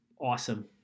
awesome